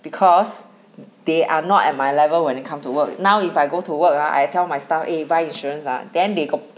because they are not at my level when it come to work now if I go to work ah I tell my staff eh buy insurance ah then they